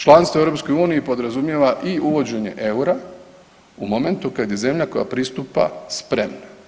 Članstvo u EU podrazumijeva i uvođenje eura u momentu kad je zemlja koja pristupa spremna.